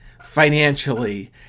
financially